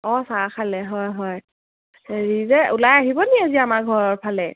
অঁ চাহ খালে হয় হয় হেৰি যে ওলাই আহিব নি আজি আমাৰ ঘৰৰ ফালে